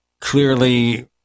Clearly